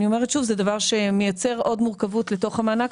זה דבר שמייצר עוד מורכבות לתוך המענק